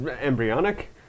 embryonic